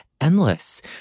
endless